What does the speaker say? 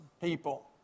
people